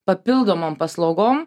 papildomom paslaugom